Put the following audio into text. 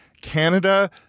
Canada